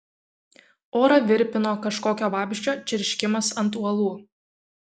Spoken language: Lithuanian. orą virpino kažkokio vabzdžio čirškimas ant uolų